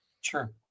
Sure